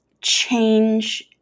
change